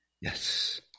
Yes